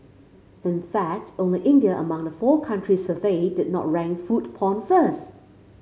in fact only India among the four countries surveyed did not rank food porn first